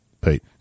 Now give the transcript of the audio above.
Pete